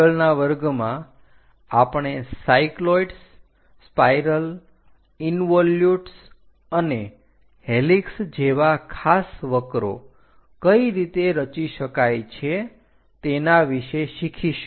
આગળના વર્ગમાં આપણે સાયક્લોઇડ્સ સ્પાઇરલ ઈન્વોલ્યુટ્સ અને હેલિક્સ જેવા ખાસ વક્રો કઈ રીતે રચી શકાય છે તેના વિશે શીખીશું